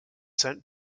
sent